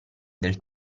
del